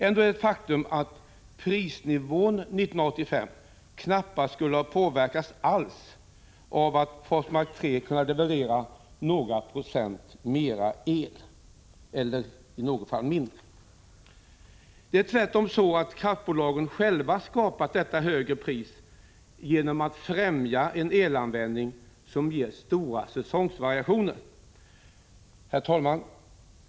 Ändå är det ett faktum att prisnivån 1985 knappast skulle ha påverkats alls av att Forsmark 3 levererat några procent mer el eller i något fall mindre. Det är tvärtom så att kraftbolagen själva har skapat detta högre pris genom att främja en elanvändning som ger stora säsongsvariationer. Herr talman!